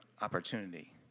opportunity